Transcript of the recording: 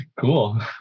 Cool